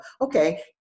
okay